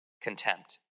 contempt